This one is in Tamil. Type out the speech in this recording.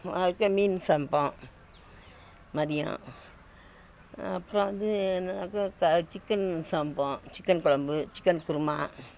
ஒரு நாளைக்கு மீன் சமைப்போம் மதியம் அப்புறோம் வந்து என்னனாக்க க சிக்கன் சமைப்போம் சிக்கன் குழம்பு சிக்கன் குருமா